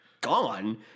gone